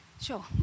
sure